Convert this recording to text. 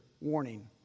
warning